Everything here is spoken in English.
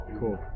Cool